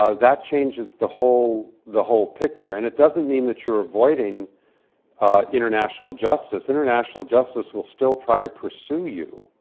ah that changes the whole the whole picture. and it doesn't mean that you're avoiding international justice international justice will still try to pursue you.